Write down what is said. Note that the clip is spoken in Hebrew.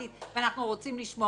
ואנחנו רוצים לשמור עליהם.